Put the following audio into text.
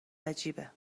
عجیبه